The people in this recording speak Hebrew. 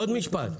עוד משפט.